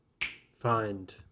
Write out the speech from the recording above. find